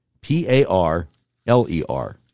P-A-R-L-E-R